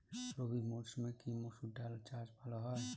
রবি মরসুমে কি মসুর ডাল চাষ ভালো হয়?